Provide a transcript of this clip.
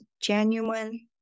genuine